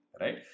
right